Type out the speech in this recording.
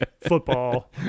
football